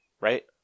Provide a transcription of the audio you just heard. right